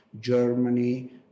Germany